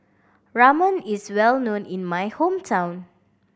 ramen is well known in my hometown